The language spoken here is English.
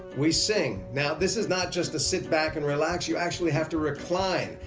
we sing. now this is not just a sit back and relax, you actually have to recline.